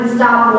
stop